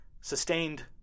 sustained